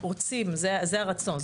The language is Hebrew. רוצים זה הרצון,